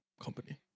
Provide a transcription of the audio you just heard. company